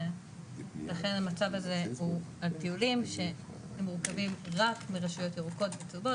ולכן המצב הזה הוא על טיולים שהם מורכבים רק מרשויות ירוקות וצהובות.